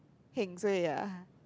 heng suay ah